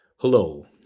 Hello